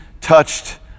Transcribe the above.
touched